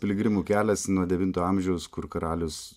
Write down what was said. piligrimų kelias nuo devinto amžiaus kur karalius